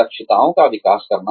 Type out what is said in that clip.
दक्षताओं का विकास करना